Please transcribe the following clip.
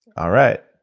all right,